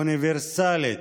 אוניברסלית,